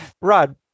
Rod